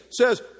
says